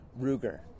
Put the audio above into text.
Ruger